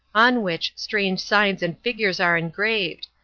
on which strange signs and figures are engraved,